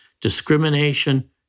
discrimination